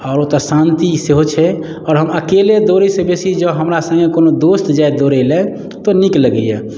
आओर ओतौ शान्ति सेहो छै आओर हम अकेले दौड़ै सऽ बेसी जँ हमरा सँगे कोनो दोस्त जाय दौड़ैले तऽ नीक लगैया